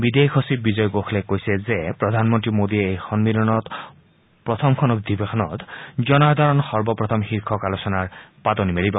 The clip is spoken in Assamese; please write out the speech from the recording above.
বিদেশ সচিব বিজয় গোখলেই কৈছে যে প্ৰধানমন্ত্ৰী মোদীয়ে এই সন্মিলনত প্ৰথমখন অধিবেশনত জনসাধাৰণ সৰ্বপ্ৰথম শীৰ্ষক আলোচনাৰ পাতনি মেলিব